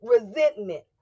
resentment